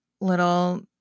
little